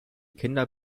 kinder